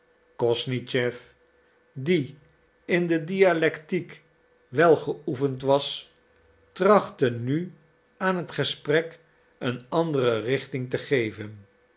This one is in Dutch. kosnischew die in de dialectiek wel geoefend was trachtte nu aan het gesprek een andere richting te geven